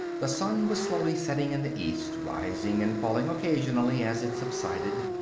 the sun was slowly setting in the east, rising and falling occasionally as it subsided,